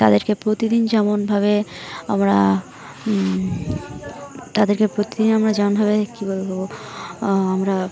তাদেরকে প্রতিদিন যেমনভাবে আমরা তাদেরকে প্রতিদিন আমরা যেমনভাবে কী বলবো আমরা